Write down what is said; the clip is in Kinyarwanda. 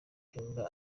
cyumba